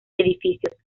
edificios